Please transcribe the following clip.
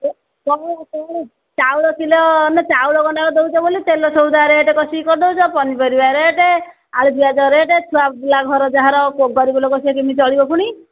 ଚାଉଳ ଚାଉଳ ଚାଉଳ କିଲୋ ମାନେ ଚାଉଳ ଗଣ୍ଡାକ ଦେଉଛ ବୋଲି ତେଲ ସଉଦା ରେଟ୍ କଷିକି କରିଦେଉଛ ପନିପରିବା ରେଟ୍ ଆଳୁ ପିଆଜ ରେଟ୍ ଛୁଆ ବୁଲା ଘର ଯାହାର ଗରିବ ଲୋକ ସେ କେମିତି ଚଳିବ ପୁଣି